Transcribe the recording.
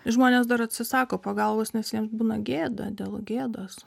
žmonės dar atsisako pagalbos nes jiems būna gėda dėl gėdos